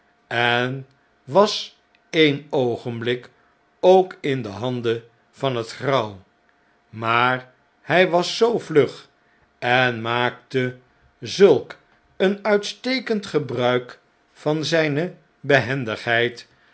en was e'en oogenblik ook in de handen van het grauw maar hg was zoo vlug en maakte zulk een uitstekend gebruik van zjne